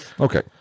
Okay